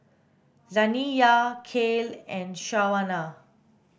Zaniyah Kale and Shawnna